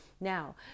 Now